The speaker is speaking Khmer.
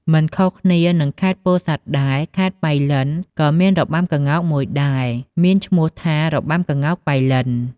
មិនខុសគ្នានឹងខេត្តពោធិ៍សាត់ដែរ ខេត្តប៉ៃលិនក៏មានរបាំក្ងោកមួយដែរ មានឈ្មោះថារបាំក្ងោកប៉ៃលិន។